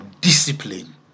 discipline